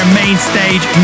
mainstage